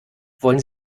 wollen